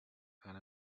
and